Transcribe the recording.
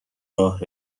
راه